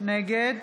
נגד